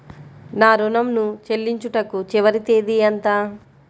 నా ఋణం ను చెల్లించుటకు చివరి తేదీ ఎంత?